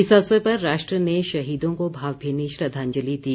इस अवसर पर राष्ट्र ने शहीदों को भावभीनी श्रद्दाजंलि दी